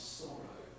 sorrow